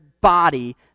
body